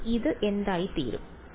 അപ്പോൾ അത് എന്തായിത്തീരും